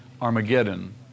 Armageddon